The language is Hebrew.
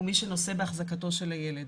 הוא מי שנושא באחזקתו של הילד.